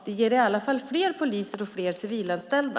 Det ger i alla fall fler poliser och fler civilanställda.